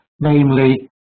namely